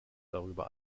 darüber